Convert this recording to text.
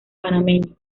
panameño